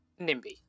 Nimby